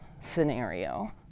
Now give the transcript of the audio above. scenario